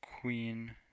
Queen